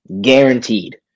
guaranteed